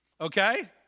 okay